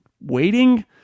waiting